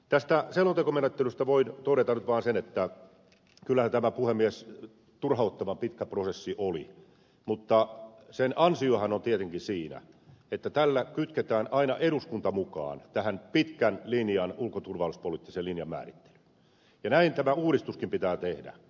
tästä selontekomenettelystä voin todeta nyt vaan sen että kyllähän tämä puhemies turhauttavan pitkä prosessi oli mutta sen ansiohan on tietenkin siinä että tällä kytketään aina eduskunta mukaan pitkän linjan ulko ja turvallisuuspoliittisen linjan määrittelyyn ja näin tämä uudistuskin pitää tehdä